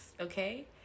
okay